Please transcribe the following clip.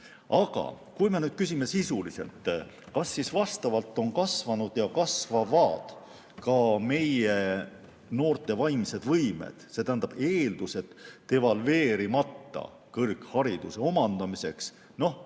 Aga kui me nüüd küsime sisuliselt, kas vastavalt on kasvanud ja kasvavad ka meie noorte vaimsed võimed, see tähendab eeldused devalveerimata kõrghariduse omandamiseks, siis